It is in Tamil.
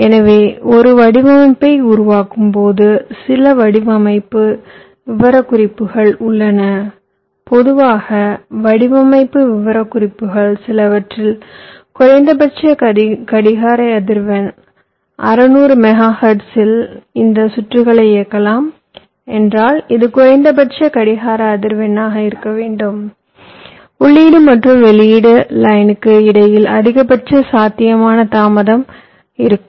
எனவே ஒரு வடிவமைப்பை உருவாக்கும்போது சில வடிவமைப்பு விவரக்குறிப்புகள் உள்ளன பொதுவாக வடிவமைப்பு விவரக்குறிப்புகள் சிலவற்றின் குறைந்தபட்ச கடிகார அதிர்வெண் 600 மெகாஹெர்ட்ஸ் இல் இந்த சுற்றுகளை இயக்கலாம் என்றால் இது குறைந்தபட்ச கடிகார அதிர்வெண்ணாக இருக்க வேண்டும் உள்ளீடு மற்றும் வெளியீட்டு லைன்க்கு இடையில் அதிகபட்ச சாத்தியமான தாமதமாக இருக்கும்